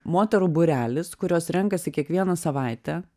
moterų būrelis kurios renkasi kiekvieną savaitę